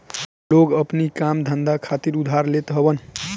लोग अपनी काम धंधा खातिर उधार लेत हवन